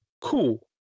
cool